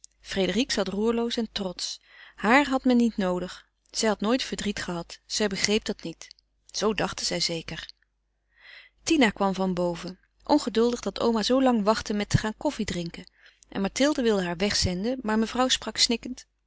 frédérique zat roerloos en trotsch haar had men niet noodig zij had nooit verdriet gehad zij begreep dat niet zoo dachten zij zeker tina kwam van boven ongeduldig dat oma zoolang wachtte met te gaan koffiedrinken en mathilde wilde haar wegzenden maar mevrouw sprak snikkend